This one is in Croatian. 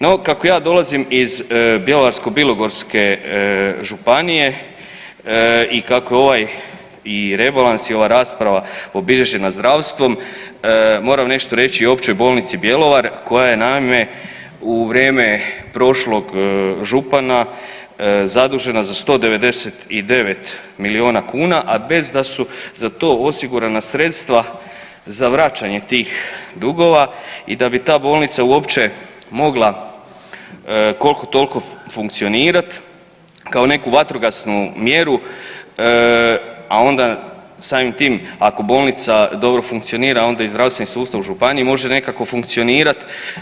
No, kako ja dolazim iz Bjelovarko-bilogorske županije i kako je ovaj rebalans i ova rasprava obilježena zdravstvom moram nešto reći o Općoj bolnici Bjelovar koja je naime u vrijeme prošlog župana zadužena za 199 milijuna kuna, a bez da su za to osigurana sredstva za vraćanje tih dugova i da bi ta bolnica uopće mogla kolko tolko funkcionirat, kao neku vatrogasnu mjeru, a onda samim tim ako bolnica dobro funkcionira onda i zdravstveni sustav u županiji može nekako funkcionirat.